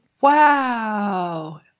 wow